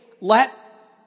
Let